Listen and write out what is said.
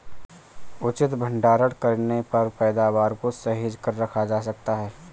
उचित भंडारण करने पर पैदावार को सहेज कर रखा जा सकता है